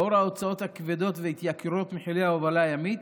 לאור ההוצאות הכבדות והתייקרויות מחירי ההובלה הימית,